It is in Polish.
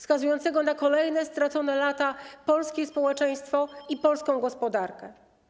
Skazującego na kolejne stracone lata polskie społeczeństwo i polską gospodarkę.